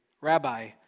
Rabbi